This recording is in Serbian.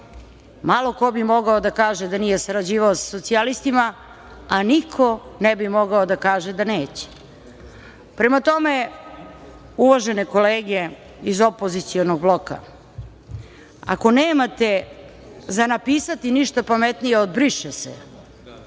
malo ko bi mogao da kaže da nije sarađivao sa socijalistima, a niko ne bi mogao da kaže da neće. Prema tome, uvažene kolege iz opozicionog bloka, ako nemate za napisati ništa pametnije od – briše se,